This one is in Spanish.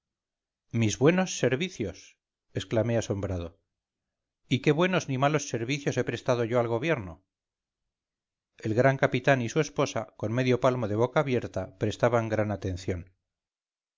mis buenos servicios exclamé asombrado y qué buenos ni malos servicios he prestado yo al gobierno el gran capitán y su esposa con medio palmo de boca abierta prestaban gran atención